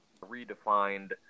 redefined